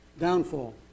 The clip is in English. downfall